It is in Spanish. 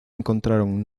encontraron